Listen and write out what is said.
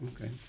okay